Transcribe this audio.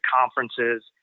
conferences